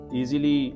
easily